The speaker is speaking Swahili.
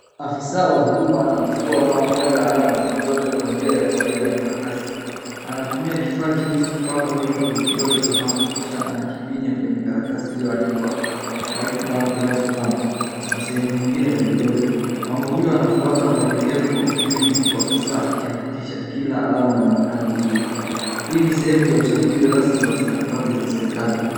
Afisa wa huduma anamchukua mama mmoja alama za vidole kwa njia ya kawaida ya karatasi. Anatumia kifaa cheusi kupaka wino kwenye kidole cha mama kisha anakibinya kwenye karatasi iliyoandikwa right thumb, left thumb na sehemu nyingine za vidole. Mama huyo anafuata maelekezo kwa utulivu huku afisa akihakikisha kila alama inaonekana vizuri. Hii ni sehemu ya usajili rasmi wa stakabadhi za serikali.